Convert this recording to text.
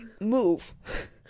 move